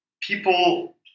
people